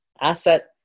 asset